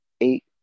eight